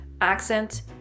accent